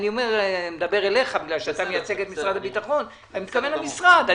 אני מדבר אליך כי אתה מייצג את משרד הביטחון ואני מתכוון למשרד.